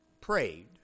prayed